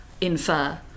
infer